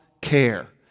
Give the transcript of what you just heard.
care